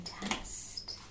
test